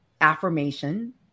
affirmation